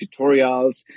tutorials